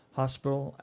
hospital